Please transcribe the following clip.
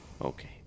Okay